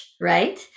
right